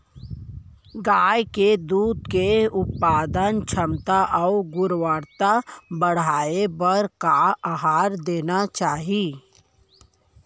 गाय के दूध के उत्पादन क्षमता अऊ गुणवत्ता बढ़ाये बर का आहार देना चाही?